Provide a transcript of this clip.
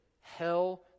hell